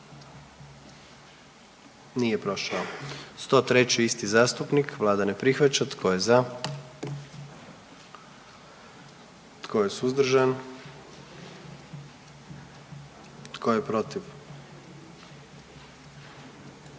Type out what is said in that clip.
dio zakona. 44. Kluba zastupnika SDP-a, vlada ne prihvaća. Tko je za? Tko je suzdržan? Tko je protiv?